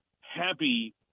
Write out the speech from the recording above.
happy